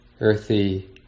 earthy